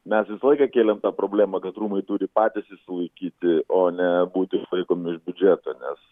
mes visą laiką kėlėm tą problemą kad rūmai turi patys išsilaikyti o ne būti laikomi iš biudžeto nes